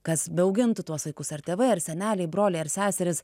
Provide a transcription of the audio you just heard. kas beugintų tuos vaikus ar tėvai ar seneliai broliai ar seserys